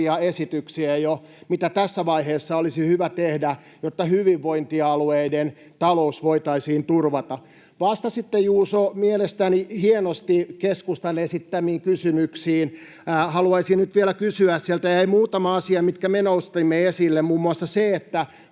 esityksiä, mitä tässä vaiheessa olisi hyvä tehdä, jotta hyvinvointialueiden talous voitaisiin turvata. Vastasitte, Juuso, mielestäni hienosti keskustan esittämiin kysymyksiin. Haluaisin nyt vielä kysyä, sieltä jäi muutama asia, mitkä me nostimme esille, muun muassa se,